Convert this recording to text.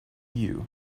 you